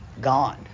gone